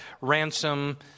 ransom